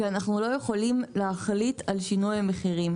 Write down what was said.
ואנחנו לא יכולים להחליט על שינוי המחירים.